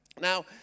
Now